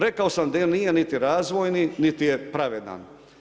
Rekao sam da nije niti razvojni, niti je pravedan.